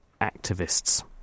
activists